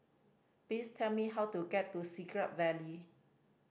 please tell me how to get to Siglap Valley